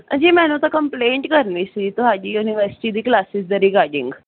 ਅ ਜੀ ਮੈਨੂੰ ਤਾਂ ਕੰਪਲੇਂਟ ਕਰਨੀ ਸੀ ਤੁਹਾਡੀ ਯੂਨੀਵਰਸਿਟੀ ਦੀ ਕਲਾਸ ਦੇ ਰਿਗਾਡਿੰਗ